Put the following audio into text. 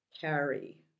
carry